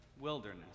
wilderness